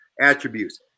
attributes